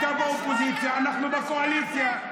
אתה באופוזיציה ואנחנו בקואליציה.